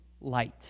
light